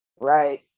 Right